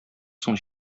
соң